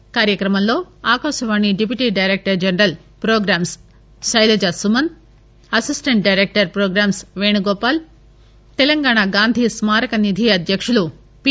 ఈ కార్యక్రమంలో Akashvani deputy director general programmes Sailaja Suman assistant director programmes Venugopal Telangana Gandhi స్కారక నిధి అధ్యకుడు పి